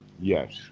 yes